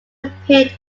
appeared